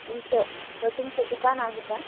तुमचं कटींगचं दुकान आहे का